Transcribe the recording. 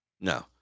no